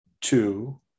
two